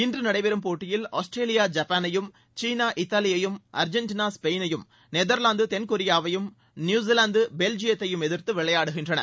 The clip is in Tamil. இன்று நடைபெறும் போட்டியில் ஆஸ்திரேலியா ஜப்பானையும் சீனா இத்தாலியையும் அர்ஜென்டினா ஸ்பெயினையும் நெதர்வாந்து என்கொரியாவையும் நியூசிவாந்து பெல்ஜியத்தையும் எதித்து விளையாடுகின்றன